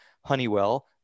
Honeywell